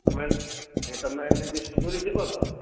ତୁମେ ତୁମେ ଏଣିକି ସୁଧୁରି ଯିବ ତ